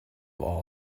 all